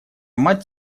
мать